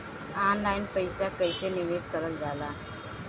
Online पईसा कईसे निवेश करल जाला?